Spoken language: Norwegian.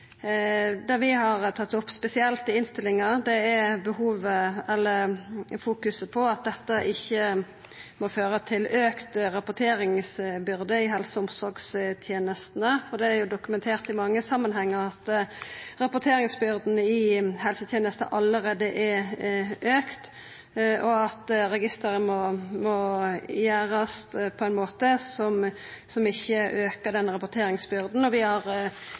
Det vi har tatt opp spesielt i innstillinga, er fokuset på at dette ikkje må føra til auka rapporteringsbyrde i helse- og omsorgstenestene, for det er dokumentert i mange samanhengar at rapporteringsbyrda i helsetenestene allereie har auka. Registeret må utformast på ein måte som ikkje aukar denne rapporteringsbyrden. Vi har